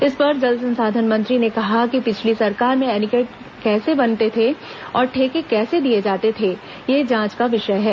इस पर जल संसाधन मंत्री ने कहा कि पिछली सरकार में एनीकट कैसे बनते थे और ठेके कैसे दिए जाते थे यह जांच का विषय है